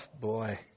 boy